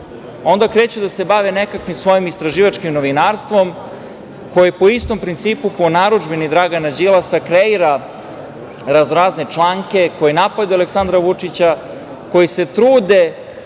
onda kreću da se bave nekakvim svojim istraživačkim novinarstvom koje po istom principu, po narudžbini Dragana Đilasa kreira raznorazne članke koji napadaju Aleksandra Vučića, koji se trude